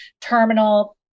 terminal